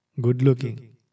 good-looking